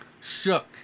Shook